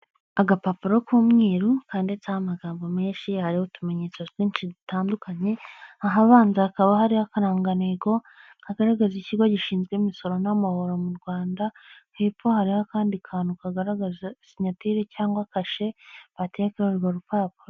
Agapapuro k'umweru kanditseho amagambo menshi, hariho utumenyetso twinshi dutandukanye, ahabanza hakaba hari akarangantego kagaragaza. Ikigo gishinzwe imisoro n'amahoro mu Rwanda, hepfo hari akandi kantu kagaragaza Senateri cyangwa kashe batera urwo rupapuro.